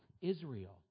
Israel